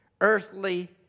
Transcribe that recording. earthly